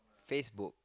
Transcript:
Facebook